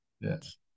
yes